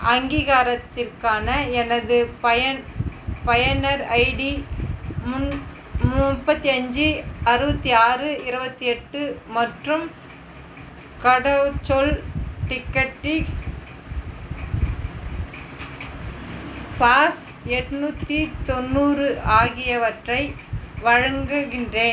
அங்கீகாரத்திற்கான எனது பயன் பயனர் ஐடி முன் முப்பத்தி அஞ்சு அறுபத்தி ஆறு இருபத்தி எட்டு மற்றும் கடவுச்சொல் டிக்கெட்டி பாஸ் எட்நூற்றி தொண்ணூறு ஆகியவற்றை வழங்குகின்றேன்